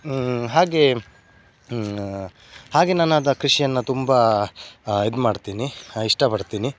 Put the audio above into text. ಹಾಗೆ ಹಾಗೆ ನಾನಾದ ಕೃಷಿಯನ್ನ ತುಂಬ ಇದು ಮಾಡ್ತೀನಿ ಇಷ್ಟಪಡ್ತೀನಿ